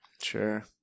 Sure